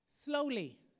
slowly